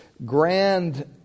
grand